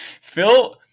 Phil